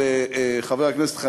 של חבר הכנסת חנין.